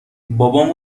بابام